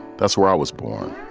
that's where i was born.